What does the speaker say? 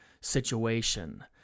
situation